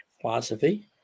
philosophy